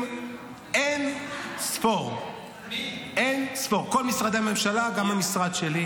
סיכמת איתם שבתוך משלוחי המזון והציוד יש גם מעטפות עם דולרים?